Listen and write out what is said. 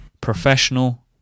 professional